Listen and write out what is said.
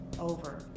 over